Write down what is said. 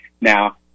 Now